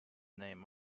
name